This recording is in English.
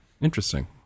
Interesting